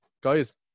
Guys